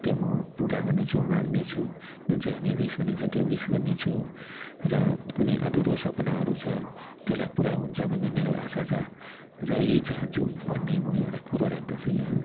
त्यो म पुरा गर्नेछु माग्ने छु जुन चाहिँ हामी विस भनिन्छ त्यो विस गर्नेछु र कुनै अधुरो सपनाहरू छ त्यसलाई पुरा हुन्छ भन्ने मेरो आशा छ र यही चाहन्छु भन्ने म एउटा कुरो राख्दछु यहाँ